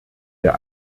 der